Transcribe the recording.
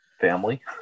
family